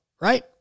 right